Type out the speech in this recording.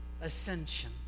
ascension